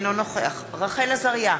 אינו נוכח רחל עזריה,